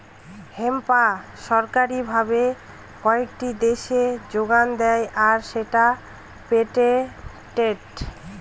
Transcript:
hemp সরকারি ভাবে কয়েকটি দেশে যোগান দেয় আর সেটা পেটেন্টেড